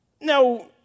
Now